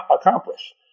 accomplish